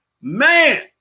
Man